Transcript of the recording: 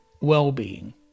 well-being